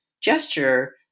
gesture